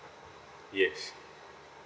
yes